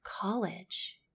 college